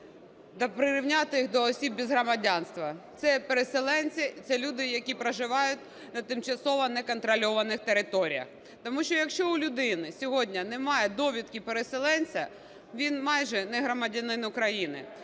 прирівняти їх до осіб без громадянства. Це переселенці, це люди, які проживають на тимчасово неконтрольованих територіях. Тому що, якщо у людини сьогодні немає довідки переселенця, він майже не громадянин України.